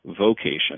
Vocation